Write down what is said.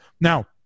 Now